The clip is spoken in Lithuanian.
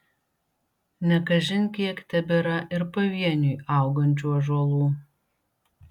ne kažin kiek tebėra ir pavieniui augančių ąžuolų